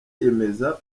yiyemeza